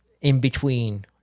in-between